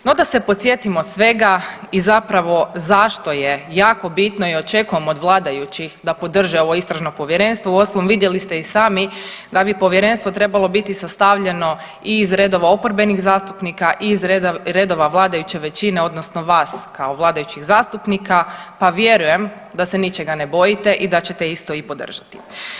No da se podsjetimo svega i zapravo zašto je jako bitno i očekujem od vladajućih da podrže ovo istražno povjerenstvo, uostalom vidjeli ste i sami da bi povjerenstvo trebalo biti sastavljeno i iz redova oporbenih zastupnika i iz redova vladajuće većine odnosno vas kao vladajućih zastupnika, pa vjerujem da se ničega ne bojite i da ćete isto i podržati.